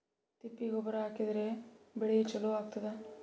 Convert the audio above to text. ತಿಪ್ಪಿ ಗೊಬ್ಬರ ಹಾಕಿದ್ರ ಬೆಳಿ ಚಲೋ ಆಗತದ?